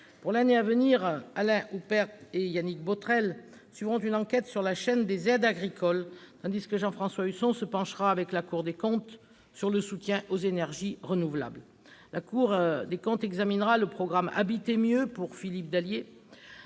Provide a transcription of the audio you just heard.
Pour l'année à venir, Alain Houpert et Yannick Botrel suivront une enquête sur la chaîne des aides agricoles, tandis que Jean-François Husson se penchera avec la Cour des comptes sur le soutien aux énergies renouvelables. La Cour examinera le programme « Habiter mieux » pour Philippe Dallier